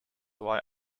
why